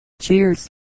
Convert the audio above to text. Cheers